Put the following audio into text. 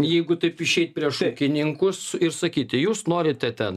jeigu taip išeit prieš ūkininkus ir sakyti jūs norite ten